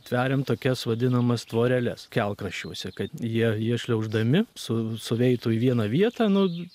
tveriam tokias vadinamas tvoreles kelkraščiuose kad jie jie šliauždami su sueitų į vieną vietą nu